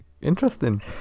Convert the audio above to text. interesting